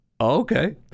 okay